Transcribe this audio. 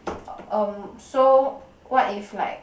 um so what if like